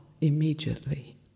immediately